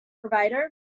provider